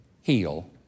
Heal